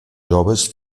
joves